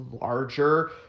larger